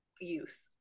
youth